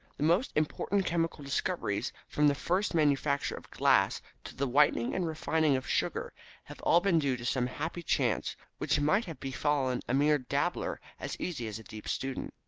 the most important chemical discoveries from the first manufacture of glass to the whitening and refining of sugar have all been due to some happy chance which might have befallen a mere dabbler as easily as a deep student.